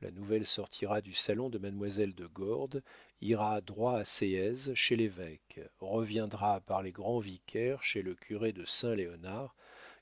la nouvelle sortira du salon de mademoiselle de gordes ira droit à séez chez l'évêque reviendra par les grands vicaires chez le curé de saint léonard